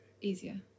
easier